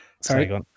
Sorry